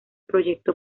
proyecto